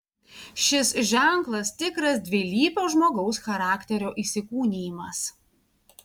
šis ženklas tikras dvilypio žmogaus charakterio įsikūnijimas